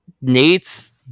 Nate's